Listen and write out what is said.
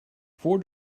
four